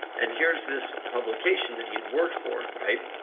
and here's this publication that he had worked for, right?